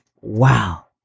Wow